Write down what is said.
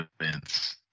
events